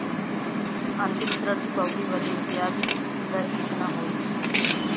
अंतिम ऋण चुकौती बदे ब्याज दर कितना होई?